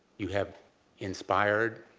you have inspired